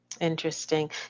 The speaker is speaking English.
Interesting